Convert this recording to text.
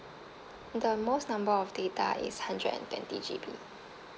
the most number of data is hundred and twenty G_B